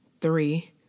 three